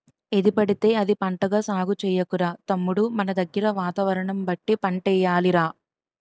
ఏదిపడితే అది పంటగా సాగు చెయ్యకురా తమ్ముడూ మనదగ్గర వాతావరణం బట్టి పంటలెయ్యాలి రా